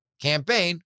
campaign